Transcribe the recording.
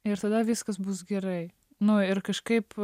ir tada viskas bus gerai nu ir kažkaip